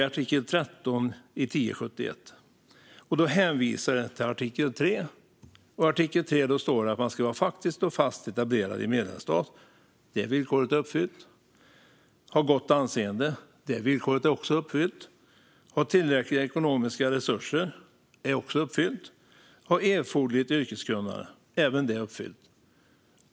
Man hänvisar alltså till artikel 3, där det står att företag ska "vara faktiskt och fast etablerade i en medlemsstat", ett villkor som är uppfyllt, och "ha gott anseende", ett villkor som också är uppfyllt. De ska vidare "ha tillräckliga ekonomiska resurser" och "ha erforderligt yrkeskunnande" - även dessa villkor är uppfyllda.